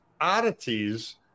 oddities